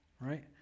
right